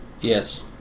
Yes